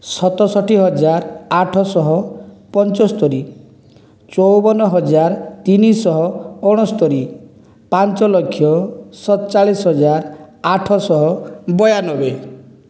ସତଷଠି ହଜାର ଆଠଶହ ପଞ୍ଚସ୍ତରୀ ଚଉବନ ହଜାର ତିନିଶହ ଅଣସ୍ତରୀ ପାଞ୍ଚଲକ୍ଷ ସତଚାଳିଶ ହଜାର ଆଠଶହ ବୟାନବେ